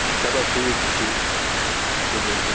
ہَے چَلو ٹھیٖک چھُ ٹھیٖک تُلِو تیٚلہِ